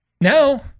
Now